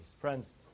Friends